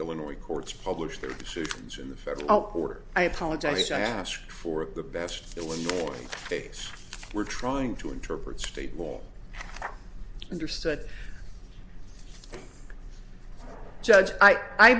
illinois courts publish their suit in the federal court i apologize i asked for the best illinois case we're trying to interpret state law understood judge i